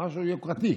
משהו יוקרתי.